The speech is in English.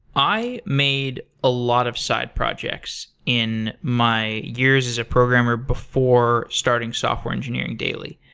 i made a lot of side projects in my years as a programmer before starting software engineering daily.